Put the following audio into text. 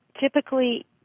typically